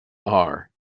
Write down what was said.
are